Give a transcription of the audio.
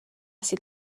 asi